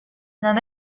d’un